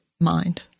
mind